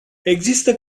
există